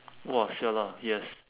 !wah! !siala! yes